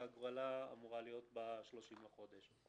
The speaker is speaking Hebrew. שהגרלה אמורה להיות ב-30 בחודש.